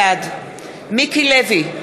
בעד מיקי לוי,